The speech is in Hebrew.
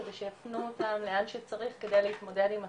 כדי שיפנו אותם לאן שצריך כדי להתמודד עם התופעה,